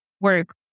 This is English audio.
work